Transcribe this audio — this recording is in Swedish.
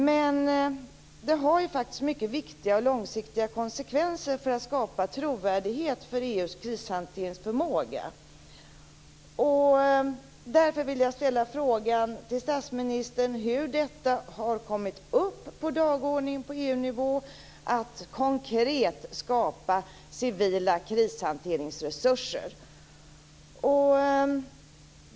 Men det har faktiskt mycket viktiga och långsiktiga konsekvenser för att skapa trovärdighet för EU:s krishanteringsförmåga. Därför vill jag ställa frågan till statsministern hur detta att konkret skapa civila krishanteringsresurser har kommit upp på dagordningen på EU-nivå.